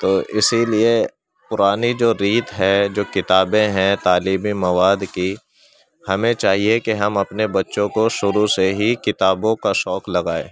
تو اسی لیے پرانی جو ریت ہے جو کتابیں ہیں تعلیمی مواد کی ہمیں چاہیے کہ ہم اپنے بچوں کو شروع سے ہی کتابوں کا شوق لگائیں